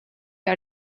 are